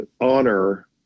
honor